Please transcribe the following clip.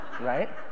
Right